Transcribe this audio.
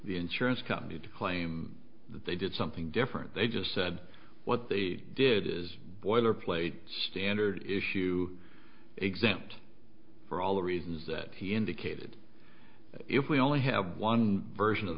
the insurance company to claim that they did something different they just said what they did is boilerplate standard issue exempt for all the reasons that he indicated if we only have one version of